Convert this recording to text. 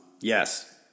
Yes